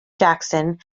jackson